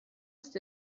ist